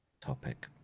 topic